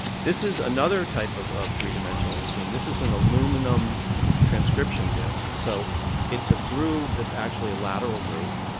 this is another type of of three-dimensional imaging. this is an aluminum transcription disc. so it's a groove that's actually a lateral groove,